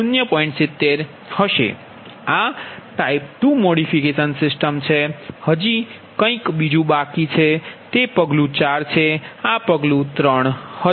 આ type 2 modification છે હજી કંઈક બીજું બાકી છે તે પગલું 4 છે આ પગલું 3 છે